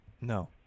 No